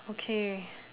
okay